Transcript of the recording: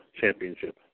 Championship